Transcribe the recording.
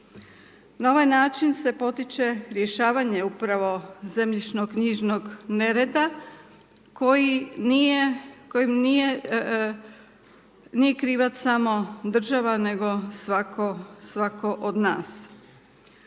Na ovaj način se potiče rješavanje upravo zemljišno-knjižnog nereda koji nije, kojim nije, nije krivac samo država nego svatko od nas.